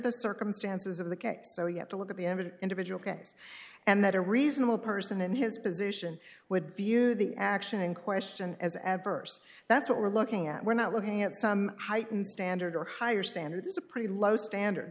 the circumstances of the case so you have to look at the end of the individual case and that a reasonable person in his position would view the action in question as adverse that's what we're looking at we're not looking at some heightened standard or higher standards a pretty low standard